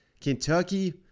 Kentucky